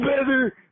better